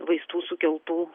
vaistų sukeltų